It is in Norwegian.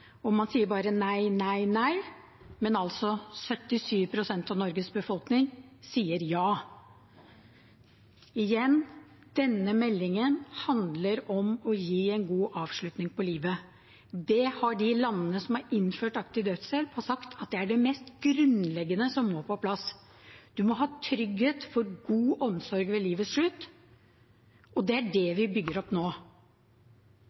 og man bare sier nei, nei, nei, mens 77 pst. av Norges befolkning altså sier ja. Igjen: Denne meldingen handler om å gi en god avslutning på livet. De landene som har innført aktiv dødshjelp, har sagt at det er det mest grunnleggende som må på plass. Du må ha trygghet for god omsorg ved livets slutt, og det er det